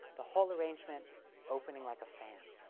the whole arrangement opening like a fan,